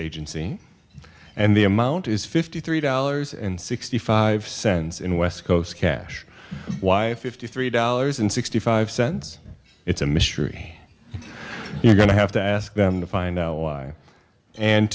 agency and the amount is fifty three dollars and sixty five cents in west coast cash why fifty three dollars and sixty five cents it's a mystery you're going to have to ask them to find out why and